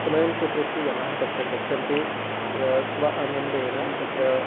समयं स्वीकृत्य जनाः तत्र गच्छन्ति तत्र स्व आनन्देन तत्र